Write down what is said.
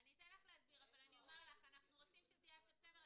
--- אנחנו רוצים שזה יהיה עד ספטמבר,